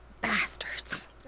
bastards